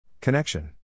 Connection